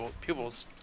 pupils